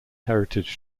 heritage